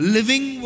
Living